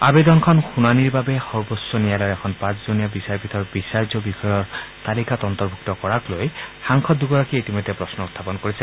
আৱেদনখন শুনানীৰ বাবে সৰ্বোচ্চ ন্যায়ালয়ৰ এখন পাঁচজনীয়া বিচাৰপীঠৰ বিচাৰ্য বিষয়ৰ তালিকাত অন্তৰ্ভুক্ত কৰাকলৈ সাংসদ দুগৰাকীয়ে ইতিমধ্যে প্ৰশ্ন উত্থাপন কৰিছে